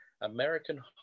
American